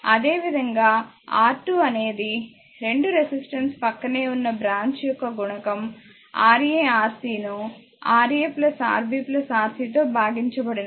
అదేవిధంగాR2 అనేది 2 రెసిస్టెన్స్ ప్రక్కనే ఉన్న బ్రాంచ్ యొక్క గుణకారం Ra Rc ను Ra Rb Rc తో భాగించబడినది